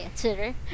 twitter